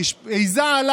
כזה אני לא רואה.